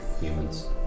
Humans